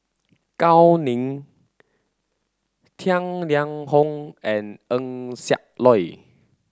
Gao Ning Tang Liang Hong and Eng Siak Loy